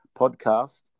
podcast